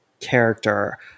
character